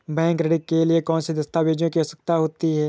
Bank ऋण के लिए कौन से दस्तावेजों की आवश्यकता है?